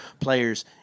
players